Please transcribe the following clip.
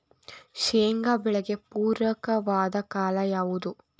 ಶೇಂಗಾ ಬೆಳೆಗೆ ಪೂರಕವಾದ ಕಾಲ ಯಾವುದು?